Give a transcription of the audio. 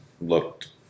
looked